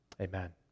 Amen